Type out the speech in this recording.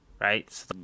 Right